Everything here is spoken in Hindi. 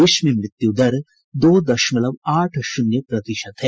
देश में मृत्यु दर दो दशमलव आठ शून्य प्रतिशत है